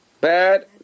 bad